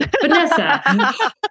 Vanessa